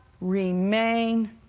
remain